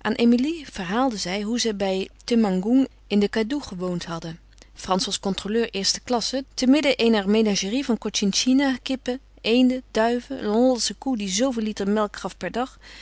aan emilie verhaalde zij hoe zij bij temanggoeng in de kadoe gewoond hadden frans was controleur eerste klasse temidden eener menagerie van cochinchina kippen eenden duiven een hollandsche koe die zooveel liter melk gaf per dag